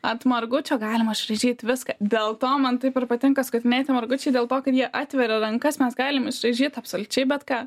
ant margučio galima išraižyt viską dėl to man taip ir patinka skutinėti margučiai dėl to kad jie atveria rankas mes galim išraižyt absoliučiai bet ką